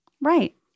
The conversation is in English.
Right